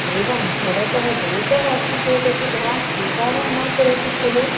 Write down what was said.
एवं भवतः दोषः अस्ति चेदपि भवन् स्वीकारं न करोति खलु